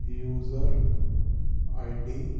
user ID